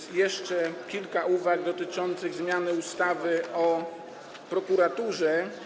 I jeszcze kilka uwag dotyczących zmiany ustawy o prokuraturze.